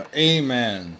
Amen